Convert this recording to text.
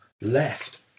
left